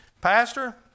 Pastor